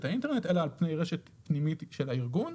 האינטרנט אלא על פני רשת פנימית של הארגון.